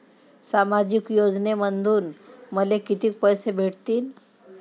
सामाजिक योजनेमंधून मले कितीक पैसे भेटतीनं?